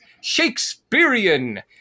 Shakespearean